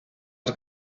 els